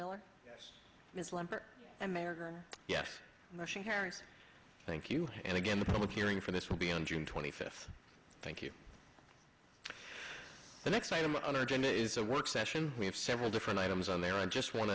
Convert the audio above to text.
miller yes it's lumber and mayor yes rushing harris thank you and again the public hearing for this will be on june twenty fifth thank you the next item on agenda is a work session we have several different items on there i just want